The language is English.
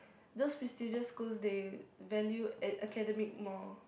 those prestigious schools they value at academic more